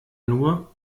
nur